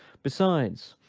besides,